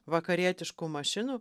vakarietiškų mašinų